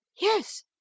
Yes